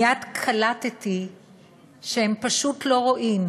מייד קלטתי שהם פשוט לא רואים,